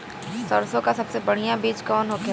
सरसों का सबसे बढ़ियां बीज कवन होखेला?